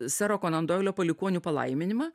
sero konan doilio palikuonių palaiminimą